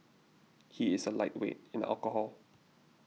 he is a lightweight in alcohol